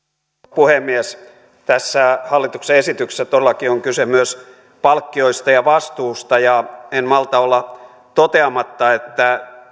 puhemies tässä hallituksen esityksessä todellakin on kyse myös palkkioista ja vastuusta en malta olla toteamatta että